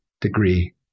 degree